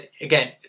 again